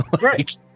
Right